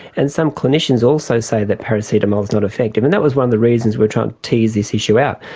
and some clinicians also say that paracetamol is not effective. and that was one of the reasons we were trying to tease this issue out.